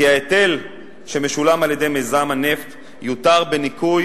כי ההיטל שמשולם על-ידי מיזם הנפט יותר בניכוי